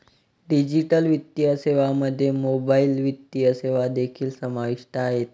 digital वित्तीय सेवांमध्ये mobile वित्तीय सेवा देखील समाविष्ट आहेत